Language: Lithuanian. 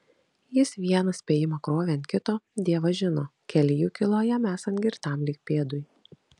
jis vieną spėjimą krovė ant kito dievas žino keli jų kilo jam esant girtam lyg pėdui